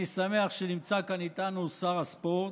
אני שמח שנמצא כאן איתנו שר הספורט,